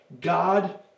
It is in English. God